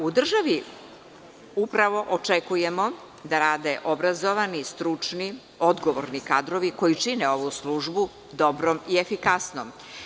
U državi upravo očekujemo da rade obrazovani, stručni i odgovorni kadrovi, koji čine ovu službu dobrom i efikasnom.